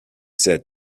said